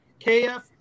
KF